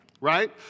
right